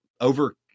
over